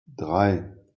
drei